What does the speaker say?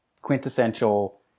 quintessential